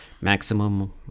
maximum